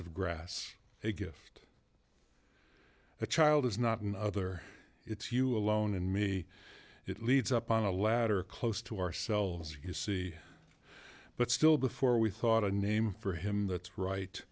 of grass a gift a child is not an other it's you alone and me it leads up on a ladder close to ourselves you see but still before we thought a name for him that's right